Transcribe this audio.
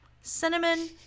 cinnamon